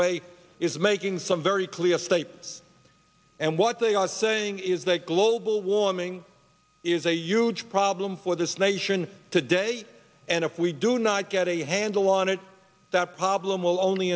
way is making some very clear statements and what they are saying is that global warming is a huge problem for this nation today and if we do not get a handle on it that problem will only